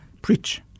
Preach